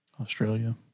Australia